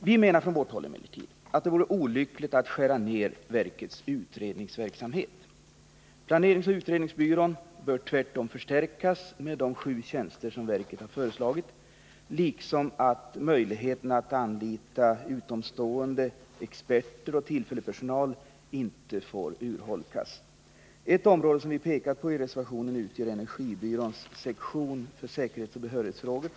Vi menar från vårt håll att det vore olyckligt att skära ned verkets utredningsverksamhet. Planeringsoch utredningsbyrån bör tvärtom förstärkas med de sju tjänster som verket har föreslagit. Möjligheterna att anlita utomstående experter och tillfällig personal får inte heller urholkas. Ett område som vi pekar på i reservationen är energibyråns sektion för säkerhetsoch behörighetsfrågor.